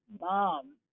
Mom